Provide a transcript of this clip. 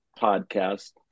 podcast